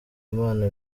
imana